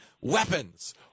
weapons